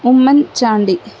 Oommen Chandy